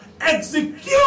Execute